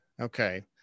Okay